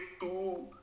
two